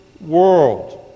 world